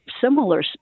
similar